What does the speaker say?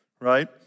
right